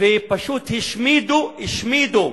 ופשוט השמידו, השמידו,